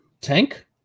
Tank